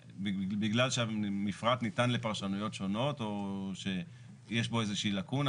ובגלל שהמפרט ניתן לפרשנויות שונות או שיש בו איזה שהיא לקונה,